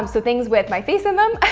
um so things with my face in them,